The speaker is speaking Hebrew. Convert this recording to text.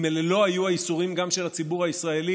אם אלה לא היו הייסורים גם של הציבור הישראלי,